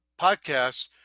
podcasts